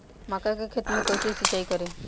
मका के खेत मे कैसे सिचाई करी?